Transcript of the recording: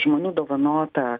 žmonių dovanota